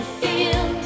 feel